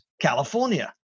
California